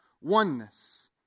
oneness